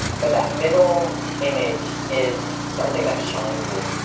but that middle image is something that sean drew.